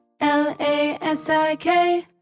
L-A-S-I-K